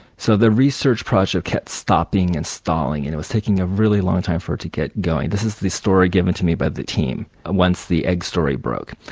so the research project kept stopping and stalling, and it was taking a really long time for it to get going. this is the story given to me by the team, once the egg story broke.